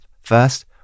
first